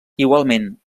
igualment